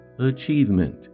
Achievement